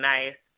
Nice